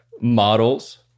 models